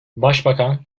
başbakan